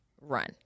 run